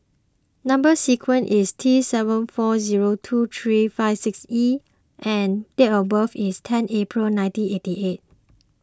Number Sequence is T seven four zero two three five six E and date of birth is ten April nineteen eighty eight